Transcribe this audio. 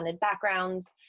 backgrounds